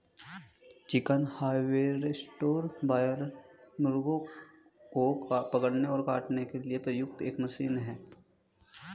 chicken harvester broiler मुर्गों को पकड़ने और काटने के लिए प्रयुक्त एक मशीन है